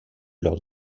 leur